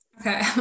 Okay